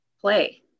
play